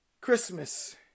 Christmas